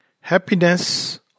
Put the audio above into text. happiness